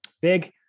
Big